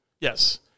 Yes